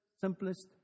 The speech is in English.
simplest